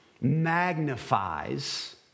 magnifies